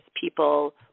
people